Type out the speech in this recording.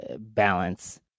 balance